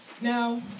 Now